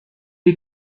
est